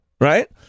right